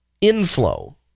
inflow